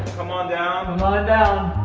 come on down. come on down.